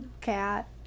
cat